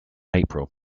april